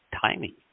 timing